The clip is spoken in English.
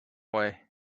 way